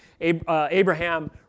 Abraham